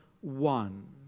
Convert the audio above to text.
one